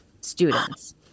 students